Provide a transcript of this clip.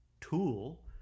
tool